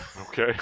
Okay